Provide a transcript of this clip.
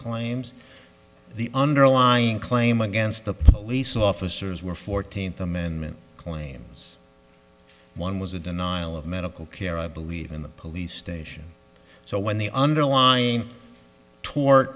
claims the underlying claim against the police officers were fourteenth amendment claims one was a denial of medical care i believe in the police station so when the underlying to